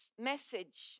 message